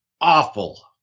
awful